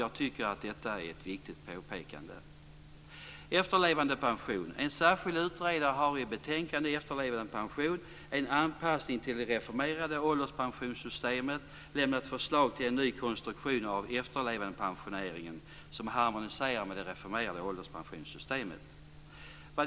Jag tycker att detta är ett viktigt påpekande. En särskild utredare har i betänkandet Efterlevandepension, en anpassning till det reformerade ålderspensionssystemet lämnat förslag till en ny konstruktion av efterlevandepensioneringen som harmonierar med det reformerade ålderspensionssystemet.